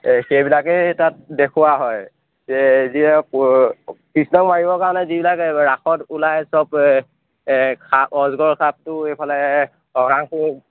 সেইবিলাকেই তাত দেখুওৱা হয় কৃষ্ণক মাৰিবৰ কাৰণে যিবিলাক তাত ৰাসত ওলায় চব অজগৰ সাপটো এইফালে